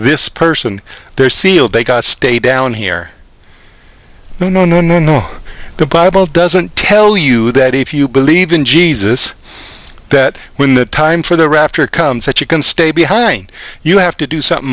this person they're sealed they got stay down here no no no no no the bible doesn't tell you that if you believe in jesus that when the time for the rapture comes that you can stay behind you have to do something